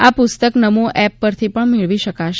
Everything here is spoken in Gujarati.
આ પુસ્તક નમો એપ પરથી પણ મેળવી શકાશે